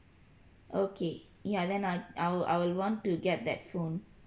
okay ya then I I will I will want to get that phone